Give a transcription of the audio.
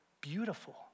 beautiful